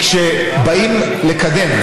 כשבאים לקדם,